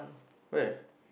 where